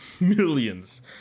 Millions